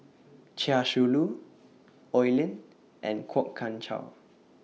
Chia Shi Lu Oi Lin and Kwok Kian Chow